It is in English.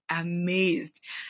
amazed